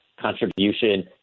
contribution